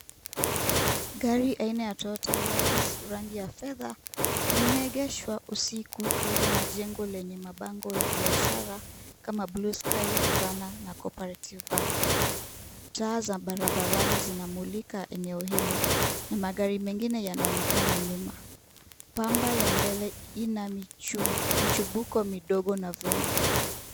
Gari aina ya Toyota Hiace rangi ya fedha limeegeshwa usiku karibu na jengo lenye mabango ya biashara kama Blue Sky Rivanna na Cooperative Bank. Taa za barabarani zinamulika eneo hilo na magari mengine yanaonekana nyuma. Pamba ya mbele ina michubuko midogo na vumbi.